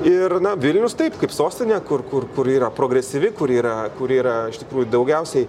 ir na vilnius taip kaip sostinė kur kur kur yra progresyvi kur yra kur yra iš tikrųjų daugiausiai